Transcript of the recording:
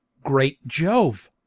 great jove!